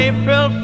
April